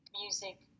music